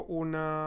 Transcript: una